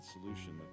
solution